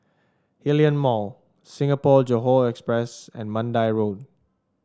Hillion Mall Singapore Johore Express and Mandai Road